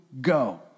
go